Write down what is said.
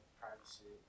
privacy